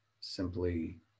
simply